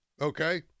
okay